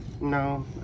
No